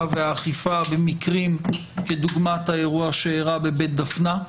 והאכיפה במקרים כדוגמת האירוע שאירע בבית דפנה.